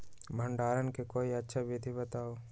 भंडारण के कोई अच्छा विधि बताउ?